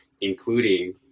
Including